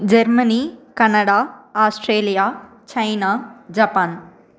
Germany Canada Australia China Japan